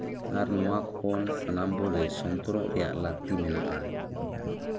ᱟᱨ ᱱᱚᱣᱟ ᱠᱷᱚᱱ ᱥᱟᱱᱟᱢ ᱠᱚᱜᱮ ᱥᱚᱱᱛᱚᱨᱚᱜ ᱨᱮᱭᱟᱜ ᱞᱟᱹᱠᱛᱤ ᱢᱮᱱᱟᱜᱼᱟ